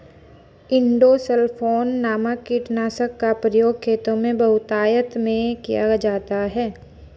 endosulfan नामक कीटनाशक का प्रयोग खेतों में बहुतायत में किया जाता है